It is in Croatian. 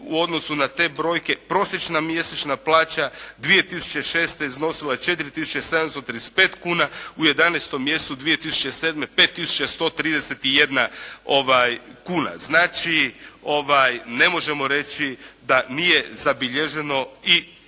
U odnosu na te brojke prosječna mjesečna plaća 2006. iznosila je 4 tisuće 735 kuna, u 11. mjesecu 2007. 5 tisuća 131 kuna. Znači, ne možemo reći da nije zabilježeno i